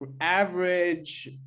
Average